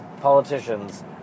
politicians